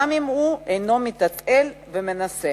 גם אם הוא אינו מתעצל ומנסה.